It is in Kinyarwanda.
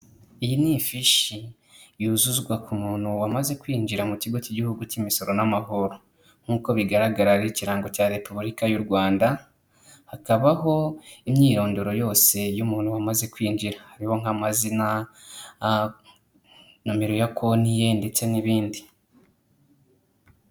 Iyi ni ifishi yuzuzwa ku muntu wamaze kwinjira mu kigo cy'igihugu cy'imisoro n'amahoro nk'uko bigaragara hariho ikirango cya repubulika y'u Rwanda hakabaho imyirondoro yose y'umuntu wamaze kwinjira hariho nk'amazina, nomero ya konti ye ndetse n'ibindi.